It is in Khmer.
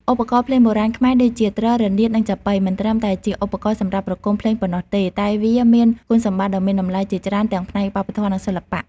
ឧបករណ៍ភ្លេងបុរាណខ្មែរដូចជា ទ្រ រនាត និង ចាប៉ី មិនត្រឹមតែជាឧបករណ៍សម្រាប់ប្រគំភ្លេងប៉ុណ្ណោះទេ តែវាមានគុណសម្បត្តិដ៏មានតម្លៃជាច្រើនទាំងផ្នែកវប្បធម៌ និងសិល្បៈ។